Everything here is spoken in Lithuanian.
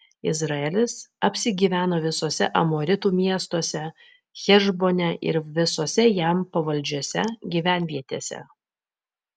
izraelis apsigyveno visuose amoritų miestuose hešbone ir visose jam pavaldžiose gyvenvietėse